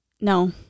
No